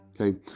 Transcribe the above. okay